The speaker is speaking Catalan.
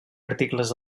articles